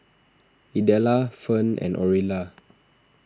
Idella Ferne and Orilla